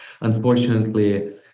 unfortunately